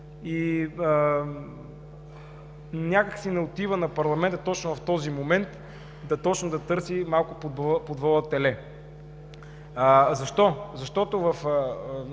и някак си не отива на парламента точно в този момент да търси малко под вола теле. Защо? Защото